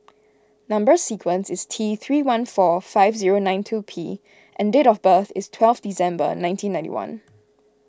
Number Sequence is T three one four five zero nine two P and date of birth is twelve December nineteen ninety one